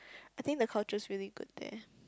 I think the culture is really good there